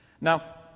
Now